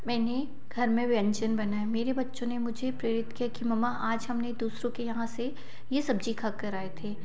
मैंने घर में व्यंजन बनाया मेरे बच्चों ने मुझे प्रेरित किया कि मम्मा आज हमने दूसरों के यहाँ से ये सब्ज़ी खाकर आए थे